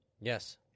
Yes